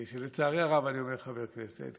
ולצערי הרב אני אומר "חבר כנסת",